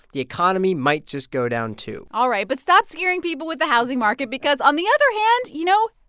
the economy might just go down too all right. but stop scaring people with the housing market because on the other hand, you know,